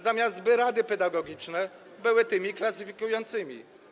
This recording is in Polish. zamiast by rady pedagogiczne były tymi klasyfikującymi.